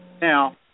Now